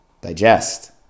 digest